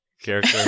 character